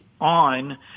on